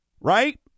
right